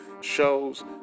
shows